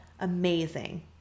amazing